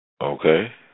Okay